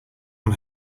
one